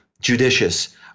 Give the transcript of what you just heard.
judicious